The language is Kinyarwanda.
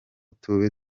tube